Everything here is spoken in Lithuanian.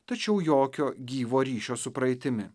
tačiau jokio gyvo ryšio su praeitimi